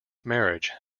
marriage